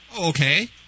Okay